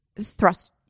thrust